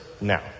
now